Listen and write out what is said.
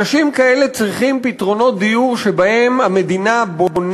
אנשים כאלה צריכים פתרונות דיור שבהם המדינה בונה